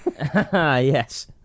Yes